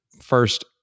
first